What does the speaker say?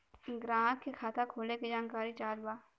ग्राहक के खाता खोले के जानकारी चाहत बा?